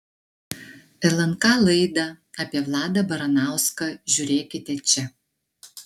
lnk laidą apie vladą baranauską žiūrėkite čia